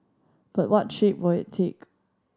but what shape will it take